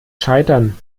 scheitern